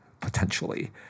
potentially